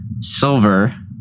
Silver